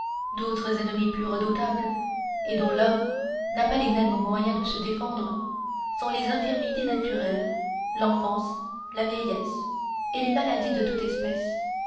et dont l'homme n'a pas les mêmes moyens de se défendre sont les infirmités naturelles l'enfance la vieillesse et les maladies de toute espèce